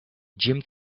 jim